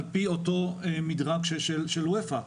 על פי אותו מדרג של אופ"א.